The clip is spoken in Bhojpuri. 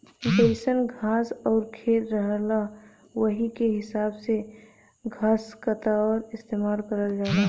जइसन घास आउर खेत रहला वही के हिसाब से घसकतरा इस्तेमाल करल जाला